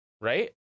right